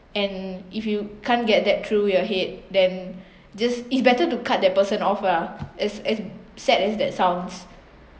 and if you can't get that through your head then just it's better to cut that person off lah as as sad as that sounds